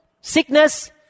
sickness